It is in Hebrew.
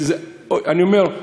אני אומר,